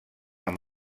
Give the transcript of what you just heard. amb